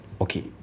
okay